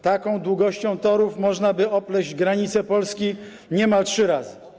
Taką długością torów można by opleść granicę Polski niemal trzy razy.